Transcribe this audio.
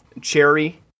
cherry